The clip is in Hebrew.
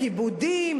כיבודים,